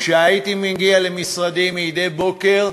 כשהייתי מגיע למשרדי מדי בוקר,